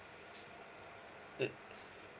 mm